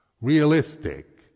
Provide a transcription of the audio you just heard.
realistic